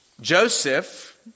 Joseph